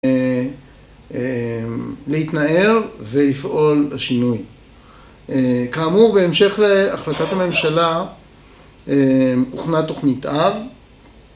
להתנער ולפעול בשינוי. כאמור, בהמשך להחלטת הממשלה הוכנה תוכנית אב.